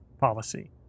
policy